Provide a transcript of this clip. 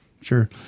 sure